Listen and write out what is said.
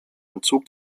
entzug